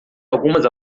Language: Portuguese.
algumas